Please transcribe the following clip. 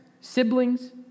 siblings